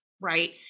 right